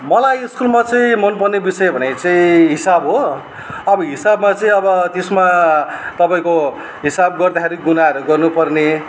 मलाई स्कुलमा चाहिँ मन पर्ने विषय भनेको चाहिँ हिसाब हो अब हिसाबमा चाहिँ अब त्यसमा तपाईँको हिसाब गर्दाखेरि गुणाहरू गर्नु पर्ने